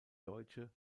deutsche